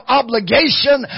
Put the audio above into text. obligation